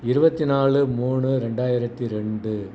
இருபத்தி நாலு மூணு ரெண்டாயிரத்தி ரெண்டு